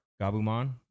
Gabumon